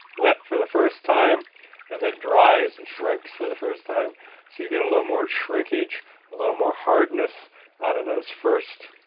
wet for the first time and then dries and shrinks for the first time so, you get a little more shrinkage, a little more hardness out of those first